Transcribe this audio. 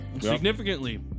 significantly